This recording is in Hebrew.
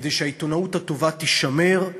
כדי שהעיתונאות הטובה תישמר,